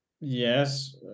yes